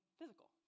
physical